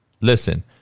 listen